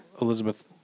Elizabeth